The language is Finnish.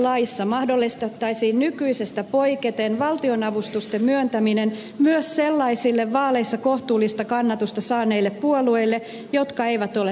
puoluelaissa mahdollistettaisiin nykyisestä poiketen valtionavustusten myöntäminen myös sellaisille vaaleissa kohtuullista kannatusta saaneille puolueille jotka eivät ole saaneet kansanedustajapaikkoja